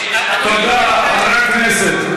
תודה, חבר הכנסת.